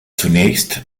zunächst